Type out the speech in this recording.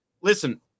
listen